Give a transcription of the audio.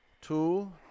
Two